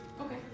Okay